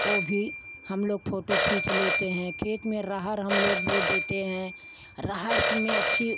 ओ भी हम लोग फ़ोटो खींच लेते हैं खेत में रहर हम लोग बो देते हैं अरहर में अच्छी